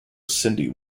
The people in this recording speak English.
cindy